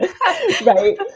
Right